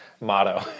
motto